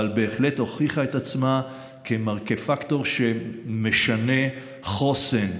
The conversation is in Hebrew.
אבל בהחלט הוכיחה את עצמה כפקטור שמשנה חוסן,